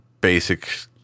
basic